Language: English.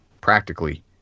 practically